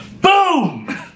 Boom